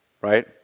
Right